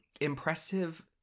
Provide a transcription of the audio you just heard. impressive